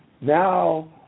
Now